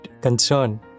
concern